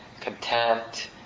content